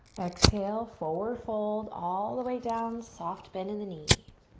exhale, forward fold, all the way down, soft bend in the knees.